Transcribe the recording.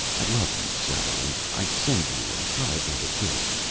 i love you so! and i send you a hug and a kiss.